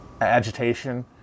agitation